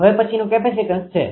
હવે પછીનું કેપેસિટીન્સ છે